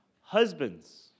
Husbands